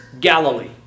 Galilee